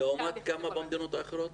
לעומת כמה במדינות האחרות?